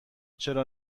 چرا